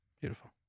Beautiful